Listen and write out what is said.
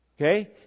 Okay